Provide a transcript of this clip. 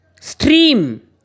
stream